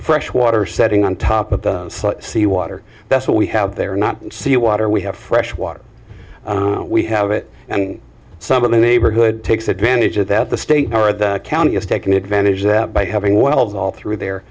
fresh water setting on top of the seawater that's what we have there are not sea water we have fresh water we have it and some of the neighborhood takes advantage of that the state or the county has taken advantage of by having wild fall through there